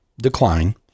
decline